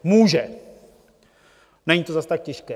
Může, není to zas tak těžké.